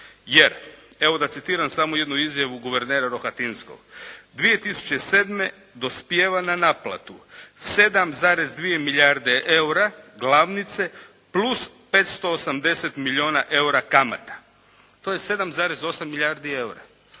jer evo da citiram samo jednu izjavu guvernera Rohatinskog: «2007. dospijeva na naplatu 7,2 milijarde EUR-a glavnice plus 580 milijuna EUR-a kamata». To je 7,8 milijardi EUR-a.